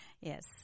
Yes